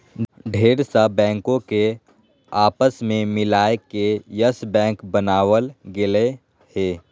ढेर सा बैंको के आपस मे मिलाय के यस बैक बनावल गेलय हें